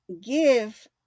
give